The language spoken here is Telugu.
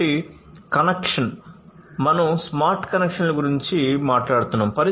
కాబట్టి కనెక్షన్ మనం స్మార్ట్ కనెక్షన్ల గురించి మాట్లాడుతున్నాము